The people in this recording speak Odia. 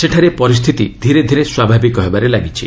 ସେଠାରେ ପରିସ୍ଥିତି ଧୀରେଧୀରେ ସ୍ୱାଭାବିକ ହେବାରେ ଲାଗିଛି